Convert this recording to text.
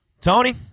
Tony